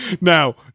Now